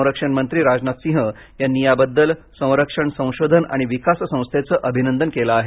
संरक्षण मंत्री राजनाथसिंह यांनी याबद्दल संरक्षण संशोधन आणि विकास संस्थेचं अभिनंदन केलं आहे